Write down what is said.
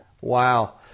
Wow